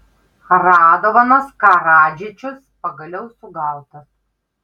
radovanas karadžičius pagaliau sugautas